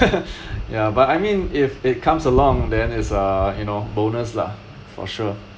ya but I mean if it comes along then it's a you know bonus lah for sure